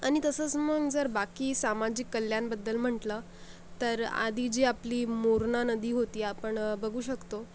आणि तसंच मग जर बाकी सामाजिक कल्याणबद्दल म्हटलं तर आधी जे आपली मोरणा नदी होती आपण बघू शकतो